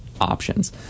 options